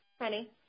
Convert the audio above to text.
Honey